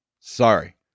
Sorry